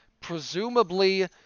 Presumably